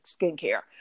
skincare